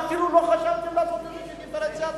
ואפילו לא חשבתם לעשות איזו דיפרנציאציה?